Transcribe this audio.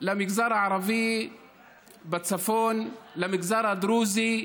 למגזר הערבי בצפון, למגזר הדרוזי,